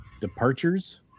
Departures